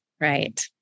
Right